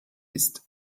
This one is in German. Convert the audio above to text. ist